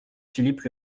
philippe